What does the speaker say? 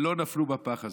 שלא נפלו בפח הזה.